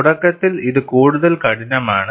തുടക്കത്തിൽ ഇത് കൂടുതൽ കഠിനമാണ്